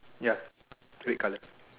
ya red color